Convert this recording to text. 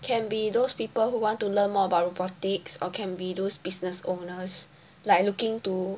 can be those people who want to learn more about robotics or can be those business owners like looking to